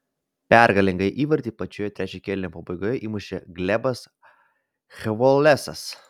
pergalingą įvartį pačioje trečio kėlinio pabaigoje įmušė glebas chvolesas